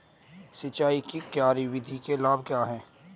सिंचाई की क्यारी विधि के लाभ क्या हैं?